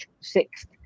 sixth